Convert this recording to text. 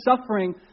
suffering